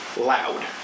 loud